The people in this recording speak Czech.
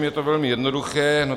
Je to velmi jednoduché.